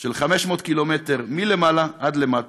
של 500 קילומטר מלמעלה עד למטה,